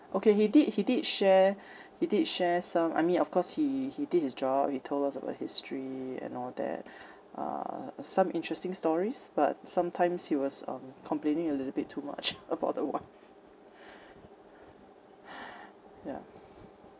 okay he did he did share he did share some I mean of course he he did his job he told us about history and all that uh uh some interesting stories but sometimes he was um complaining a little bit too much about the wife ya